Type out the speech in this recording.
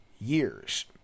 years